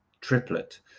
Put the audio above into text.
triplet